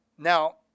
Now